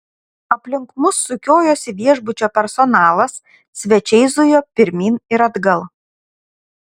aplink mus sukiojosi viešbučio personalas svečiai zujo pirmyn ir atgal